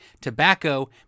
Tobacco